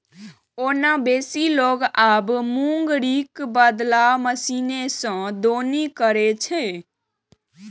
ओना बेसी लोक आब मूंगरीक बदला मशीने सं दौनी करै छै